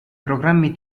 programmi